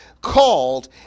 called